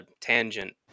tangent